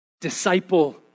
disciple